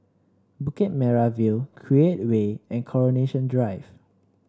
Bukit Merah View Create Way and Coronation Drive